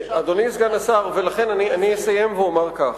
אדוני סגן השר, ולכן, אני אסיים ואומר כך: